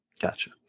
Gotcha